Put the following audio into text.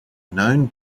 known